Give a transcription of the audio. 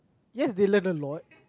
yes they learn a lot